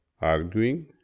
arguing